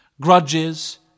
grudges